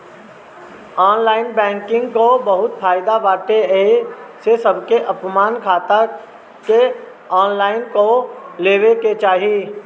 online banking कअ बहुते फायदा बाटे एही से सबके आपन खाता के ऑनलाइन कअ लेवे के चाही